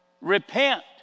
Repent